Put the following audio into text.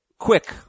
Quick